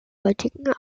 heutigen